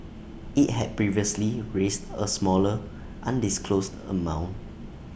IT had previously raised A smaller undisclosed amount